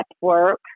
work